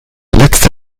letzte